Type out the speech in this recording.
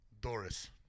Doris